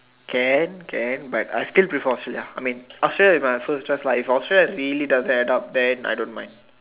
can can but I still prefer Australia I mean Australia is my first choice lah if Australia is really doesn't add then I don't mind